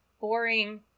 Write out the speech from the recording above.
boring